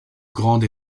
grande